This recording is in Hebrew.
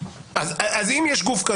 אז אם יש גוף כזה,